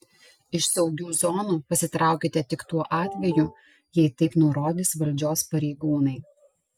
iš saugių zonų pasitraukite tik tuo atveju jei taip nurodys valdžios pareigūnai